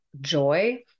joy